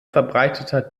verbreiteter